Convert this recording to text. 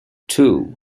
two